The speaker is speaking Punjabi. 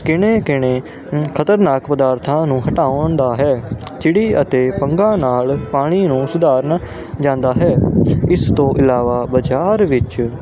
ਕਿਣੇ ਕਿਣੇ ਖਤਰਨਾਕ ਪਦਾਰਥਾਂ ਨੂੰ ਹਟਾਉਣ ਦਾ ਹੈ ਚਿੜੀ ਅਤੇ ਪੰਗਾ ਨਾਲ ਪਾਣੀ ਨੂੰ ਸੁਧਾਰਨ ਜਾਂਦਾ ਹੈ ਇਸ ਤੋਂ ਇਲਾਵਾ ਬਾਜ਼ਾਰ ਵਿੱਚ